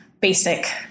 basic